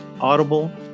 Audible